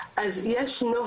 לא של מנהל עובדים זרים,